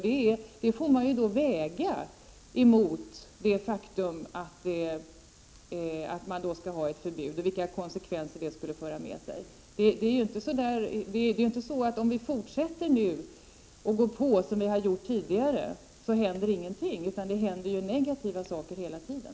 Dessa konsekvenser får vägas mot konsekvenserna av ett förbud. Det är inte så att om vi fortsätter så som vi har gjort tidigare händer ingenting. Det händer negativa saker hela tiden.